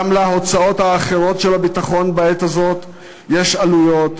גם להוצאות האחרות של הביטחון בעת הזאת יש עלויות.